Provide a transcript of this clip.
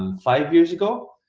um five years ago.